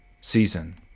season